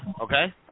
Okay